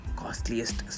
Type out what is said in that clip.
costliest